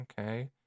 okay